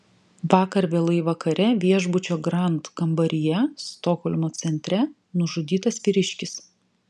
vakar vėlai vakare viešbučio grand kambaryje stokholmo centre nužudytas vyriškis